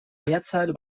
mehrzahl